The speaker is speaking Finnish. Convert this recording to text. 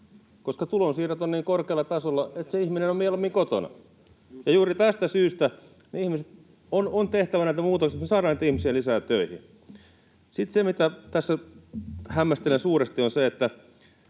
Koska tulonsiirrot ovat niin korkealla tasolla, ihminen on mieluummin kotona. Ja juuri tästä syystä on tehtävä näitä muutoksia, että saadaan ihmisiä lisää töihin. Sitten se, mitä tässä hämmästelen suuresti, on se, että